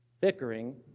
bickering